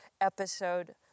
episode